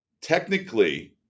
technically